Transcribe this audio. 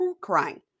crying